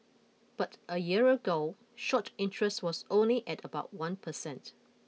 but a year ago short interest was only at about one per cent